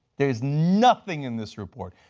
there's nothing in this report.